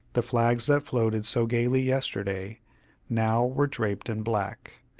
the flags that floated so gayly yesterday now were draped in black,